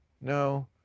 No